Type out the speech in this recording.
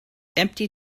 empty